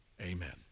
Amen